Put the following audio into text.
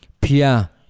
Pia